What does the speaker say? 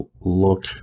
look